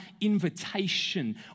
invitation